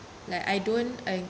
like I don't I